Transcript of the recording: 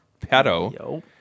pedo